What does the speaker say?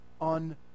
on